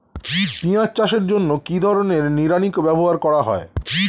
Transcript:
পিঁয়াজ চাষের জন্য কি ধরনের নিড়ানি ব্যবহার করা হয়?